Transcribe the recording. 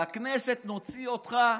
מהכנסת נוציא אותך.